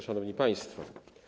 Szanowni Państwo!